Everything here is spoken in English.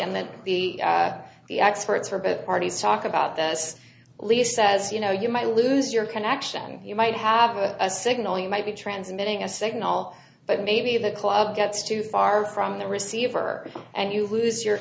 and then the experts are both parties talk about this lease says you know you might lose your connection you might have a signal you might be transmitting a signal but maybe the club gets too far from the receiver and you lose your